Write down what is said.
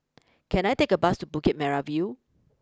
can I take a bus to Bukit Merah view